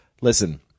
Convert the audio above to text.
Listen